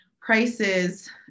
prices